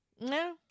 No